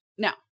Now